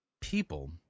people